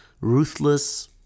ruthless